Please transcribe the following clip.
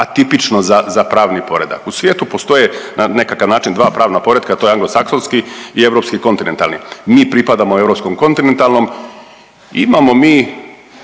atipično za, za pravni poredak. U svijetu postoje na nekakav način dva pravna poretka, to je anglosaksonski i europski kontinentalni, mi pripadamo europskom kontinentalnom. Imamo mi